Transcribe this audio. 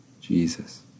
Jesus